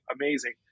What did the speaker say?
amazing